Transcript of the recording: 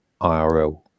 IRL